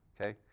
Okay